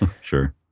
sure